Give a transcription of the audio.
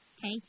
Okay